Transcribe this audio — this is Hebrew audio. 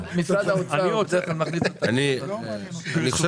אני מבקש